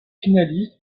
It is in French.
finaliste